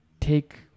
take